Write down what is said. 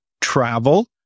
travel